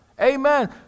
Amen